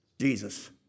Jesus